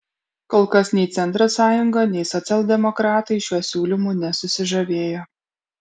kol kas nei centro sąjunga nei socialdemokratai šiuo siūlymu nesusižavėjo